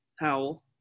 Howell